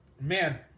man